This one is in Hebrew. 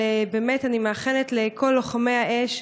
אבל באמת אני מאחלת לכל לוחמי האש